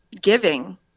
giving